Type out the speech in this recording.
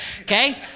okay